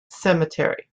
cemetery